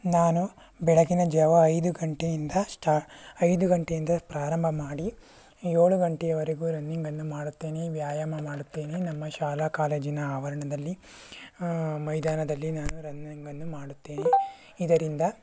ನಾನು ಬೆಳಗಿನ ಜಾವ ಐದು ಗಂಟೆಯಿಂದ ಸ್ಟಾ ಐದು ಗಂಟೆಯಿಂದ ಪ್ರಾರಂಭ ಮಾಡಿ ಏಳು ಗಂಟೆಯವರೆಗೂ ರನ್ನಿಂಗನ್ನು ಮಾಡುತ್ತೇನೆ ವ್ಯಾಯಾಮ ಮಾಡುತ್ತೇನೆ ನಮ್ಮ ಶಾಲಾ ಕಾಲೇಜಿನ ಆವರಣದಲ್ಲಿ ಹಾ ಮೈದಾನದಲ್ಲಿ ನಾನು ರನ್ನಿಂಗನ್ನು ಮಾಡುತ್ತೇನೆ ಇದರಿಂದ